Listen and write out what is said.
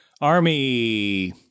army